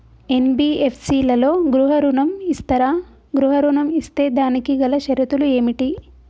NBFC లలో గృహ ఋణం ఇస్తరా? గృహ ఋణం ఇస్తే దానికి గల షరతులు ఏమిటి?